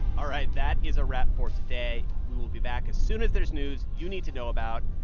all right. that is a wrap for today. we will be back as soon as there's news you need to know about.